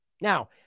Now